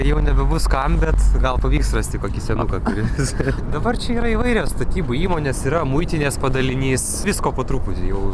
jau nebebus kam bet gal pavyks rasti kokį senuką kuris dabar čia yra įvairios statybų įmonės yra muitinės padalinys visko po truputį jau